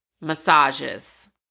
massages